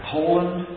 Poland